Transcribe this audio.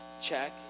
Check